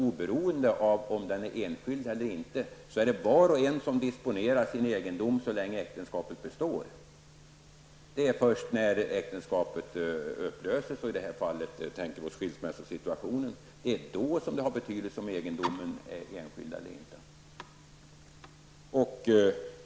Oberoende av om den är enskild eller inte är det var och en som disponerar sin egendom så länge äktenskapet består. Det är först när äktenskapet upplöses, i en skilsmässosituation, som det är av betydelse om egendomen är enskild eller inte.